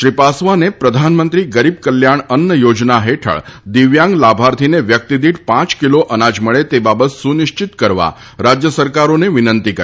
શ્રી પાસવાને પ્રધાનમંત્રી ગરીબકલ્યાણ અન્ન યોજના હેઠળ દિવ્યાંગ લાભાર્થીને વ્યક્તિદીઠ પાંચ કિલો અનાજ મળે તે બાબત સુનિશ્ચિતી કરવા રાજ્ય સરકારોને વિનંતી કરી